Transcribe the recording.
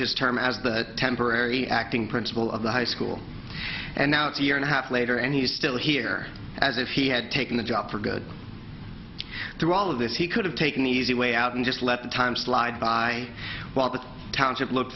his term as the temporary acting principal of the high school and now a year and a half later and he's still here as if he had taken the job for good through all of this he could have taken the easy way out and just let the time slide by while the township looked